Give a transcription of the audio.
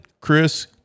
Chris